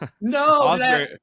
No